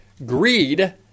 Greed